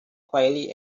quietly